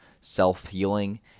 self-healing